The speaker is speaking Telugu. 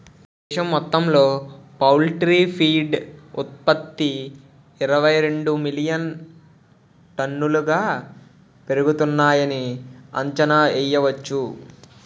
దేశం మొత్తంలో పౌల్ట్రీ ఫీడ్ ఉత్త్పతి ఇరవైరెండు మిలియన్ టన్నులుగా పెరుగుతున్నాయని అంచనా యెయ్యొచ్చు